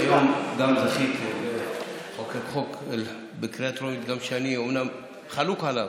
היום גם זכית לחוקק חוק בקריאה טרומית שאומנם אני חלוק עליו,